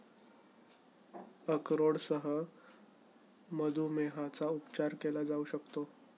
अक्रोडसह मधुमेहाचा उपचार केला जाऊ शकतो